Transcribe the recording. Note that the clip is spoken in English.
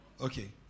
Okay